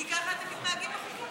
כי ככה אתם מתנהגים בחוקים האלה.